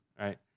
right